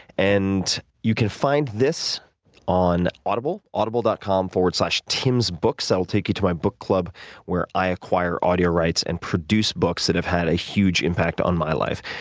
and you can find this on audible audible dot com slash timsbooks. that will take you to my book club where i acquire audio rights and produce books that have had a huge impact on my life.